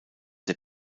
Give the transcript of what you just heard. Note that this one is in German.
der